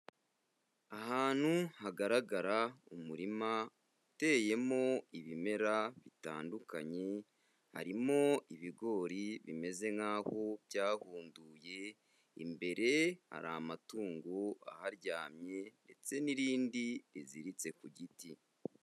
Ahantu hagaragara umurima uteyemo ibimera bitandukanye, harimo ibigori bimeze nkaho byahunduye, imbere hari amatungo aharyamye ndetse n'irindi riziritse ku giti.